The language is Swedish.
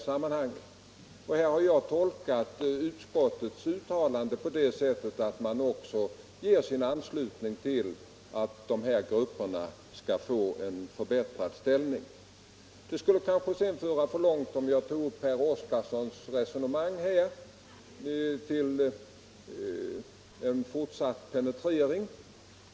Jag har tolkat utskottets uttalande på det sättet att utskottet ger sin anslutning till att dessa grupper får en förbättrad ställning. Det skulle föra för långt om jag tog upp herr Oskarsons resonemang till en fortsatt penetrering.